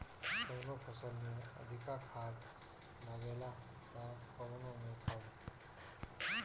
कवनो फसल में अधिका खाद लागेला त कवनो में कम